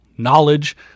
knowledge